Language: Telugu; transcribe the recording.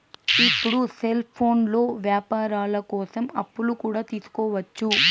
ఇప్పుడు సెల్ఫోన్లో వ్యాపారాల కోసం అప్పులు కూడా తీసుకోవచ్చు